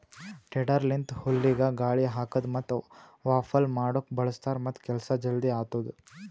tedder ಲಿಂತ ಹುಲ್ಲಿಗ ಗಾಳಿ ಹಾಕದ್ ಮತ್ತ ವಾಫಲ್ ಮಾಡುಕ್ ಬಳ್ಸತಾರ್ ಮತ್ತ ಕೆಲಸ ಜಲ್ದಿ ಆತ್ತುದ್